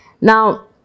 Now